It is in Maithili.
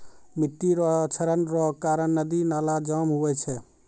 मिट्टी रो क्षरण रो कारण नदी नाला जाम हुवै छै